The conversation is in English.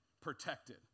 protected